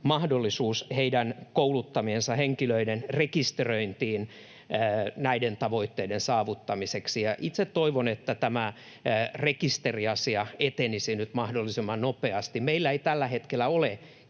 mahdollisuus heidän kouluttamiensa henkilöiden rekisteröintiin näiden tavoitteiden saavuttamiseksi. Itse toivon, että tämä rekisteriasia etenisi nyt mahdollisimman nopeasti. Meillä ei tällä hetkellä ole